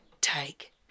take